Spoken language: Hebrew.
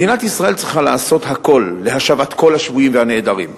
מדינת ישראל צריכה לעשות הכול להשבת כל השבויים והנעדרים.